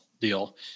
deal